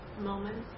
moments